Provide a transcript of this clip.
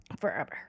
forever